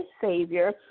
Savior